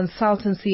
consultancy